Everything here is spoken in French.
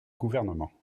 gouvernement